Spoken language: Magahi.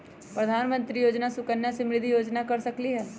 प्रधानमंत्री योजना सुकन्या समृद्धि योजना कर सकलीहल?